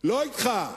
לא אתך.